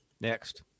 Next